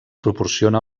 proporciona